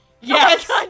Yes